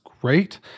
great